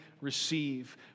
receive